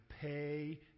pay